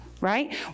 right